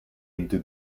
into